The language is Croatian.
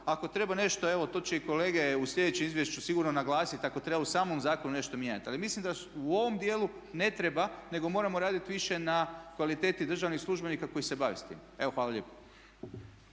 ako treba nešto, evo to će i kolege u sljedećem izvješću sigurno naglasiti, ako treba u samom zakonu nešto mijenjati. Ali mislim da u ovom dijelu ne treba nego moramo raditi više na kvaliteti državnih službenika koji se bave sa time. Hvala lijepo.